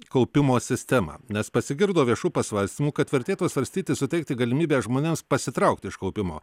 kaupimo sistemą nes pasigirdo viešų pasvarstymų kad vertėtų svarstyti suteikti galimybę žmonėms pasitraukti iš kaupimo